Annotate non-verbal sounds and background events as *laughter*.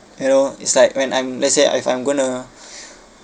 you know it's like when I'm let's say if I'm going to *breath*